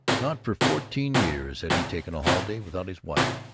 not for fourteen years had he taken a holiday without his wife,